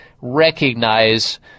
recognize